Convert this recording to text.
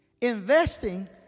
Investing